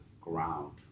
ground